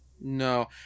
No